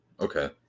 Okay